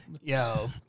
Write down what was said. yo